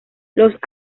los